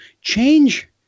change